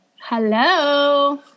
Hello